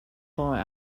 boy